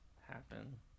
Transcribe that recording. happen